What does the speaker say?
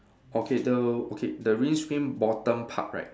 okay the okay the windscreen bottom part right